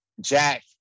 Jack